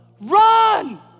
Run